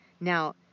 Now